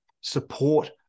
support